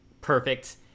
perfect